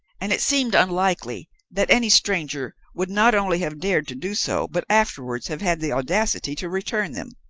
and it seemed unlikely that any stranger would not only have dared to do so, but afterwards have had the audacity to return them.